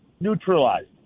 neutralized